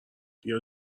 بیا